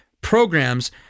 programs